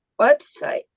website